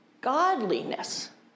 godliness